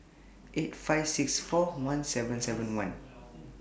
eight five six four one seven seven one